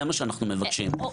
זה מה שאנחנו מבקשים.